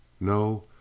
No